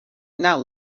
now